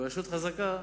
ורשות חזקה,